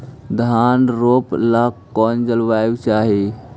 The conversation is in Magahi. धान रोप ला कौन जलवायु चाही?